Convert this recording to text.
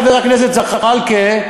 חבר הכנסת זחאלקה,